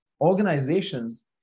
organizations